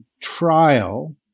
trial